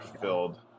filled